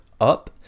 up